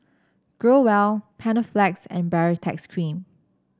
Growell Panaflex and Baritex Cream